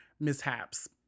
mishaps